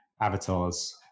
avatars